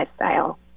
lifestyle